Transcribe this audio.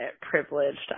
privileged